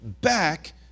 back